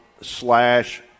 slash